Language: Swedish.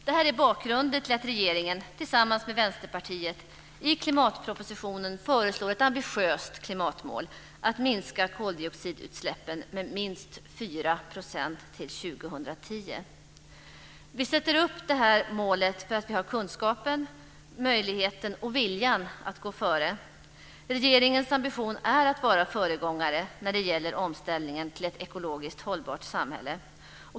Detta är bakgrunden till att regeringen tillsammans med Vänsterpartiet i klimatpropositionen föreslår ett ambitiöst klimatmål: att minska koldioxidutsläppen med minst 4 % till år 2010. Vi sätter upp det här målet därför att vi har kunskapen, möjligheten och viljan att gå före. Regeringens ambition är att vara föregångare när det gäller omställningen till ett ekologiskt hållbart samhälle.